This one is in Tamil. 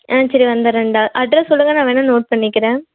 ஆ சரி வந்துடறேன்டா அட்ரெஸ் சொல்லுங்க நான் வேணால் நோட் பண்ணிக்கிறேன்